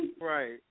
Right